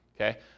Okay